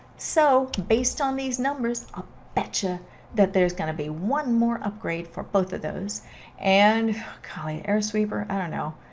so, based on these numbers, i'll bet you that there's going to be one more upgrade for both of those and, golly air sweeper. i don't know